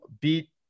beat